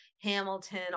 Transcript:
Hamilton